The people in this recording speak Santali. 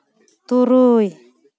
ᱛᱩᱨᱩᱭ